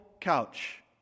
couch